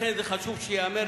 לכן זה חשוב שייאמר,